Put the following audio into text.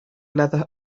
leather